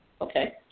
okay